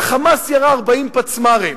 ה"חמאס" ירה 40 פצמ"רים.